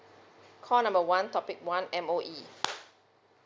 call number one topic one M_O_E